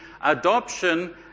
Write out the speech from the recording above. adoption